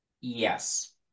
Yes